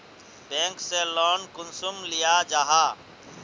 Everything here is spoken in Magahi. बैंक से लोन कुंसम लिया जाहा?